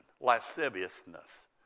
lasciviousness